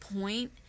point